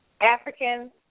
African